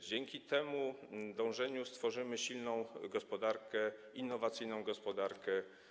Dzięki temu dążeniu stworzymy silną gospodarkę, innowacyjną gospodarkę.